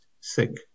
sick